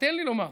תן לי לומר פה.